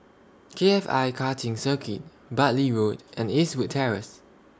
K F I Karting Circuit Bartley Road and Eastwood Terrace